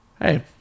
hey